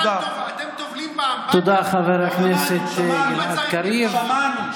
אתם תיזרקו לפח האשפה של ההיסטוריה היהודית.